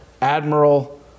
admiral